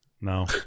No